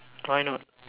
why not